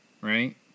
right